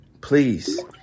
please